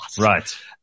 right